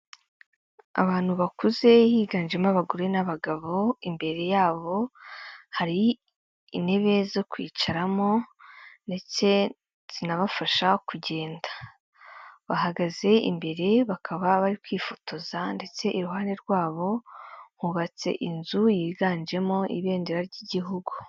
Abantu bakuze higanjemo abagore n'abagabo, imbere yabo hari intebe zo kwicaramo, ndetse zinabafasha kugenda. Bahagaze imbere, bakaba bari kwifotoza ndetse iruhande rwabo hubatse inzu yiganjemo ibendera ry'igihugu.